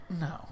no